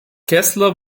kessler